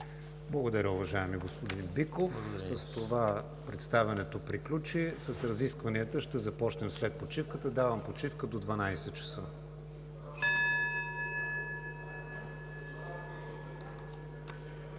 Благодаря, уважаеми господин Биков. С това представянето приключи. След почивката ще започнем с разискванията. Давам почивка до 12,00 ч.